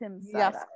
yes